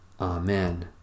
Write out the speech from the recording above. Amen